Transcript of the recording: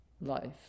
life